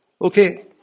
Okay